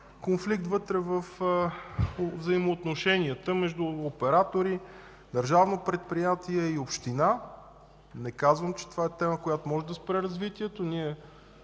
конфликт вътре във взаимоотношенията между оператори, държавно предприятие и община. Не казвам, че това е тема, която може да спре развитието.